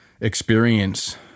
experience